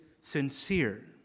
sincere